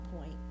point